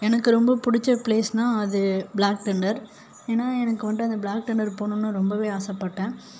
எனக்கு ரொம்ப பிடிச்ச பிளேஸ்னால் அது பிளாக் தண்டர் ஏன்னா எனக்கு வந்துட்டு அந்த பிளாக் தண்டர் போகணும்னு ரொம்பவே ஆசைப்பட்டேன்